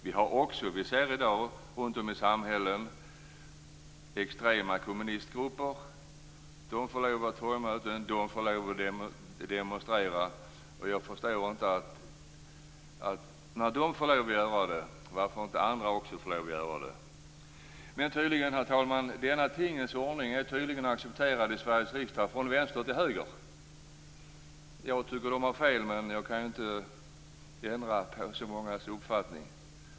Vi ser i dag runtom i samhället extrema kommunistgrupper som tillåts att ha torgmöten och demonstrera. När de får lov att göra det, förstår jag inte varför inte också andra får lov att göra det. Men, herr talman, denna tingens ordning är tydligen accepterad i Sveriges riksdag, från vänster till höger. Jag tycker att de har fel, men jag kan ju inte ändra på så mångas uppfattning.